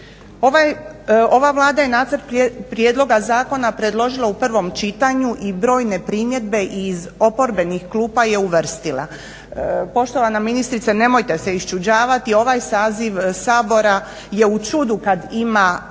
Ova Vlada je nacrt prijedloga zakona predložila u prvom čitanju i brojne primjedbe i iz oporbenih klupa je uvrstila. Poštovana ministrice nemojte se iščuđavati ovaj saziv Sabora je u čudu kad ima